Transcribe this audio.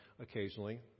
occasionally